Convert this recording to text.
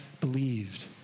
believed